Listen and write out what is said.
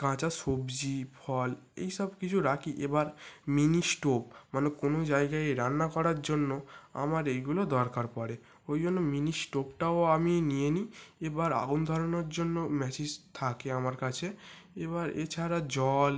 কাঁচা সবজি ফল এই সব কিছু রাখি এবার মিনি স্টোভ মানে কোনো জায়গায় রান্না করার জন্য আমার এইগুলো দরকার পড়ে ওই জন্য মিনি স্টোভটাও আমি নিয়ে নিই এবার আগুন ধরানোর জন্য ম্যাচিস থাকে আমার কাছে এবার এছাড়া জল